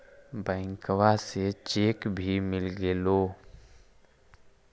बैंकवा से चेक भी मिलगेलो?